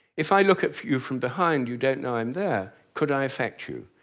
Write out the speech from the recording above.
if i look at you from behind, you don't know i'm there. could i affect you?